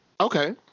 Okay